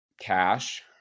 cash